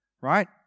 right